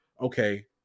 okay